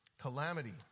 Calamity